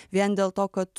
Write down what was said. vien dėl to kad